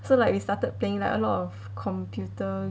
so like we started playing like a lot of computer